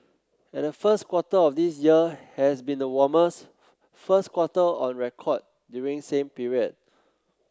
and the first quarter of this year has been the warmest first quarter on record during same period